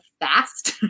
fast